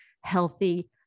healthy